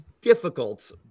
difficult